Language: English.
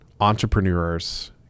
entrepreneurs